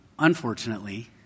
Unfortunately